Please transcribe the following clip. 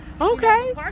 Okay